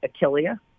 Achillea